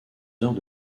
heures